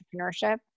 entrepreneurship